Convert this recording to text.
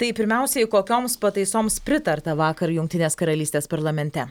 tai pirmiausiai kokioms pataisoms pritarta vakar jungtinės karalystės parlamente